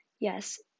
Yes